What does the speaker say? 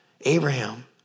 Abraham